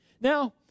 Now